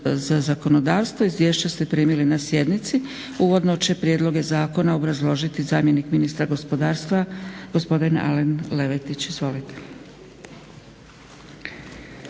za zakonodavstvo. Izvješća ste primili na sjednici. Uvodno će prijedloge zakona obrazložiti zamjenik ministra gospodarstva gospodin Alen Leverić, izvolite.